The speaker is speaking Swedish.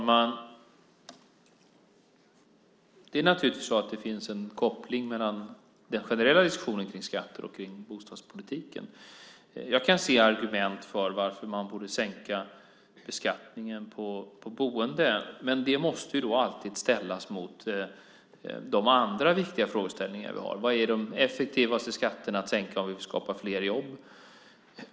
Fru talman! Det finns naturligtvis en koppling mellan den generella diskussionen om skatter och bostadspolitiken. Jag kan se argument för varför man borde sänka beskattningen på boende. Men det måste då alltid ställas mot de andra viktiga frågeställningar vi har. Vilka är de effektivaste skatterna att sänka om vi vill skapa fler jobb?